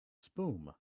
spume